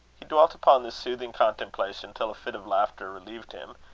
he dwelt upon this soothing contemplation till a fit of laughter relieved him,